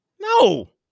No